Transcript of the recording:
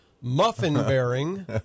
muffin-bearing